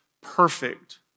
perfect